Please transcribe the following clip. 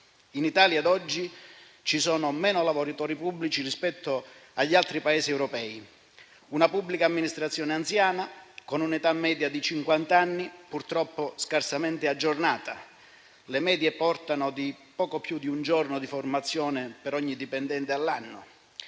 In Italia oggi ci sono meno lavoratori pubblici rispetto agli altri Paesi europei, una pubblica amministrazione anziana, con un'età media di cinquant'anni, purtroppo scarsamente aggiornata; le medie parlano di poco più di un giorno di formazione per ogni dipendente all'anno.